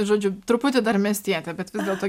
žodžiu truputį dar miestietė bet vis dėlto